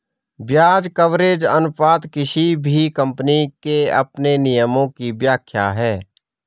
ब्याज कवरेज अनुपात किसी भी कम्पनी के अपने नियमों की व्याख्या है